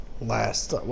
Last